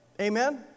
Amen